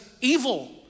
evil